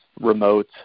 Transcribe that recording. remote